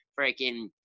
freaking